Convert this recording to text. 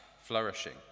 flourishing